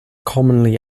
commonly